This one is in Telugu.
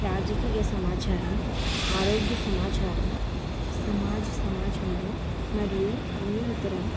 రాజకీయ సమాచారం ఆరోగ్య సమాచారం సమాజ సమాచారం మరియు అన్ని ఇతర